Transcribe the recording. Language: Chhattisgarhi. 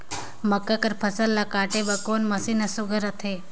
मक्का कर फसल ला काटे बर कोन मशीन ह सुघ्घर रथे?